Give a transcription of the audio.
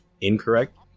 incorrect